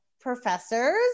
professors